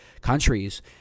countries